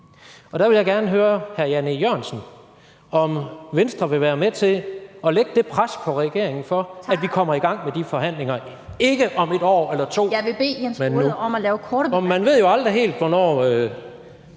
og der vil jeg gerne høre hr. Jan E. Jørgensen, om Venstre vil være med til at lægge det pres på regeringen for, at vi kommer i gang med de forhandlinger – ikke om et år eller to, men nu ... (Den fg. formand (Annette Lind):